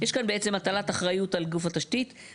יש כאן בעצם הטלת אחריות על גוף התשתית על גוף התשתית,